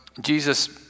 Jesus